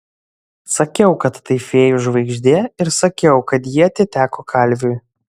sakiau kad tai fėjų žvaigždė ir sakiau kad ji atiteko kalviui